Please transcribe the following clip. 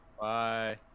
bye